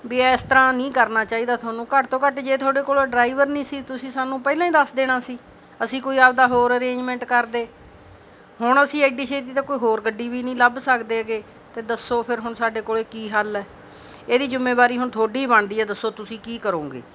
ਵੀ ਇਸ ਤਰ੍ਹਾਂ ਨਹੀਂ ਕਰਨਾ ਚਾਹੀਦਾ ਤੁਹਾਨੂੰ ਘੱਟ ਤੋਂ ਘੱਟ ਜੇ ਤੁਹਾਡੇ ਕੋਲ ਡਰਾਈਵਰ ਨਹੀਂ ਸੀ ਤੁਸੀਂ ਸਾਨੂੰ ਪਹਿਲਾਂ ਹੀ ਦੱਸ ਦੇਣਾ ਸੀ ਅਸੀਂ ਕੋਈ ਆਪਣਾ ਹੋਰ ਅਰੇਂਜਮੈਂਟ ਕਰਦੇ ਹੁਣ ਅਸੀਂ ਐਡੀ ਛੇਤੀ ਤਾਂ ਕੋਈ ਹੋਰ ਗੱਡੀ ਵੀ ਨਹੀਂ ਲੱਭ ਸਕਦੇ ਗੇ ਅਤੇ ਦੱਸੋ ਫਿਰ ਹੁਣ ਸਾਡੇ ਕੋਲ ਕੀ ਹੱਲ ਹੈ ਇਹਦੀ ਜਿੰਮੇਵਾਰੀ ਹੁਣ ਤੁਹਾਡੀ ਬਣਦੀ ਹੈ ਦੱਸੋ ਤੁਸੀਂ ਕੀ ਕਰੋਂਗੇ